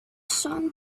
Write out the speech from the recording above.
sun